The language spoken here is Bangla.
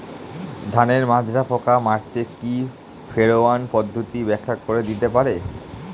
ধানের মাজরা পোকা মারতে কি ফেরোয়ান পদ্ধতি ব্যাখ্যা করে দিতে পারে?